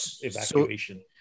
evacuation